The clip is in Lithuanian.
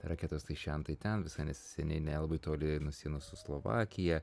raketos tai šen tai ten visai neseniai nelabai toli nuo sienos su slovakija